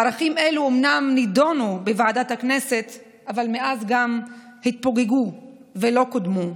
ערכים אלו אומנם נדונו בוועדת הכנסת אבל מאז גם התפוגגו ולא קודמו.